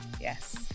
yes